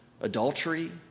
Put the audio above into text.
adultery